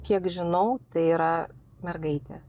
kiek žinau tai yra mergaitė